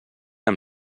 amb